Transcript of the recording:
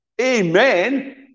Amen